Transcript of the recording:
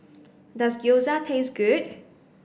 does Gyoza taste good